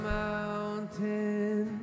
mountain